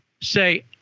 say